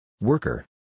Worker